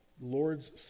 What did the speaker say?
Lord's